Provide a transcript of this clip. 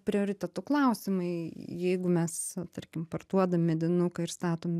prioritetų klausimai jeigu mes tarkim parduodam medinuką ir statom